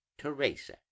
teresa